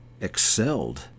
excelled